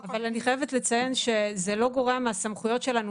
אבל אני חייבת לציין שזה לא גורע מהסמכויות שלנו